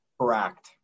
correct